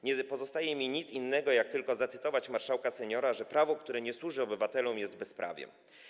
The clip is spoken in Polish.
Nie pozostaje mi nic innego, jak tylko zacytować marszałka seniora, że prawo, które nie służy obywatelom, jest bezprawiem.